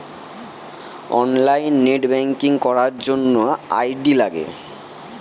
online net banking ব্যবহার করার জন্য আই.ডি লাগে